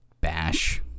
bash